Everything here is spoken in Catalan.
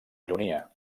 ironia